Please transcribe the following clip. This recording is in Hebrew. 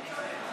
שעה,